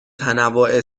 تنوع